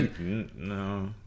No